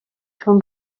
چون